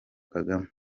kagame